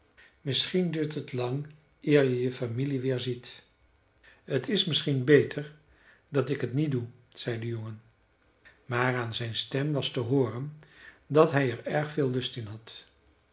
misschien duurt het lang eer je je familie weerziet t is misschien beter dat ik het niet doe zei de jongen maar aan zijn stem was het te hooren dat hij er erg veel lust in had